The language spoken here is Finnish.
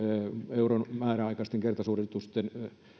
euron määräaikaisten kertasuoritusten